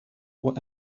were